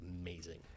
amazing